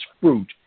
fruit